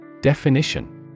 Definition